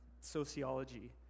sociology